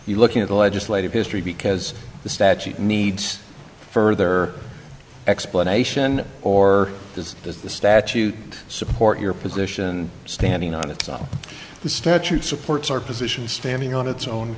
you looking at the legislative history because the statute needs further explanation or does does the statute support your position standing on its own the statute supports our position standing on its own